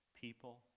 people